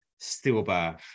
stillbirth